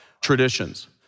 traditions